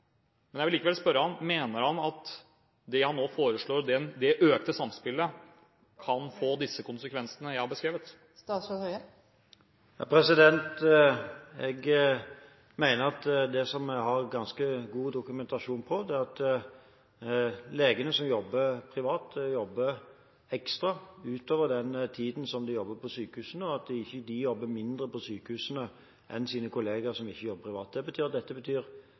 Men jeg vil likevel spørre ham: Mener han at det han nå foreslår – det økte samspillet – kan få disse konsekvensene som jeg har beskrevet? Jeg mener vi har ganske god dokumentasjon på at de sykehuslegene som jobber privat – som jobber ekstra utover den tiden de jobber på sykehusene – ikke jobber mindre på sykehusene enn sine kolleger som ikke jobber privat. Det betyr